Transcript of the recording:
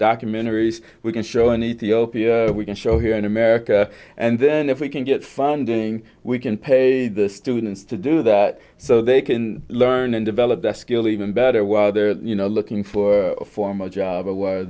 documentaries we can show in ethiopia we can show here in america and then if we can get funding we can pay the students to do that so they can learn and develop that skill even better while they're you know looking for a former job or was